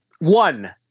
one